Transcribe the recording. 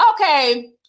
Okay